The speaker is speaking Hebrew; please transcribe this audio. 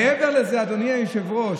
מעבר לזה, אדוני היושב-ראש,